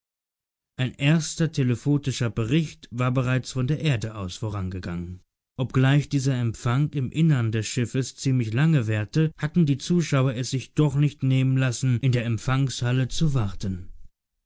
ein erster telephotischer bericht war bereits von der erde aus vorangegangen obgleich dieser empfang im innern des schiffes ziemlich lange währte hatten die zuschauer es sich doch nicht nehmen lassen in der empfangshalle zu warten